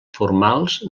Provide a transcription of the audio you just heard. formals